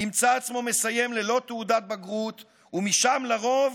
ימצא עצמו מסיים ללא תעודת בגרות, ומשם, לרוב,